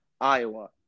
Iowa